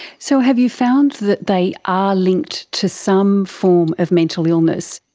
so have you found that they are linked to some form of mental illness?